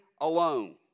alone